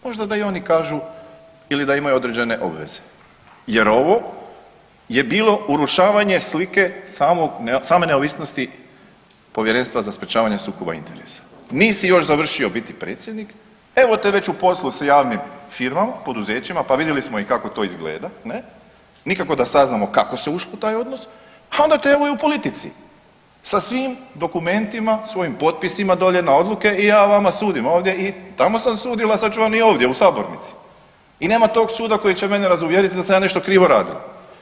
Možda da i oni kažu ili da imaju određene obveze jer ovo je bilo urušavanje slike samog, same neovisnosti Povjerenstva za sprječavanje sukoba interesa, nisi još završio biti predsjednik evo te već u poslu s javnim firmama, poduzećima pa vidjeli smo i kako to izgleda ne, nikako da saznamo kako se ušlo u taj odnos, a onda te evo i u politici sa svim dokumentima svojim potpisima dolje na odluke i ja vama sudim ovdje i tako sam sudila, sad ću vam i ovdje u sabornici i nema tog suda koji će mene razuvjeriti da sam ja nešto krivo radila.